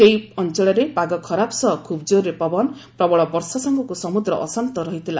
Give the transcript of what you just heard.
ସେହି ଅଞ୍ଚଳରେ ପାଗ ଖରାପ ସହ ଖୁବ୍ ଜୋରରେ ପବନ ପ୍ରବଳ ବର୍ଷା ସାଙ୍ଗକୁ ସମୁଦ୍ର ଅଶାନ୍ତ ରହିଥିଲା